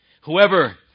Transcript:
Whoever